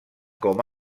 com